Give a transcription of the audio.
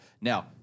Now